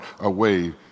away